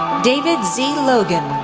david z. logan,